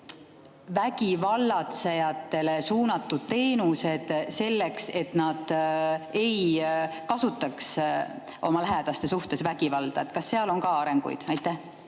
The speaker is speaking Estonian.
vägivallatsejatele suunatud teenused, et nad ei kasutaks oma lähedaste suhtes vägivalda. Kas seal on ka arenguid? Aitäh,